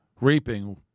reaping